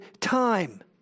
time